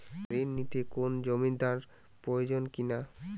ঋণ নিতে কোনো জমিন্দার প্রয়োজন কি না?